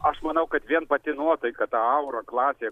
aš manau kad vien pati nuotaika ta aura klasėje